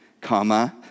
comma